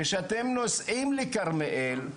כשאתם נוסעים לכרמיאל,